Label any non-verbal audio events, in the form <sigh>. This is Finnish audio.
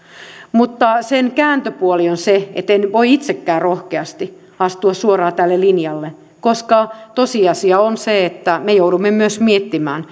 mutta sen kääntöpuoli on se että en voi itsekään rohkeasti astua suoraan tälle linjalle koska tosiasia on se että me joudumme myös miettimään <unintelligible>